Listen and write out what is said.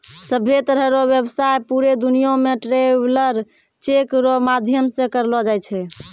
सभ्भे तरह रो व्यवसाय पूरे दुनियां मे ट्रैवलर चेक रो माध्यम से करलो जाय छै